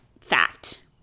fact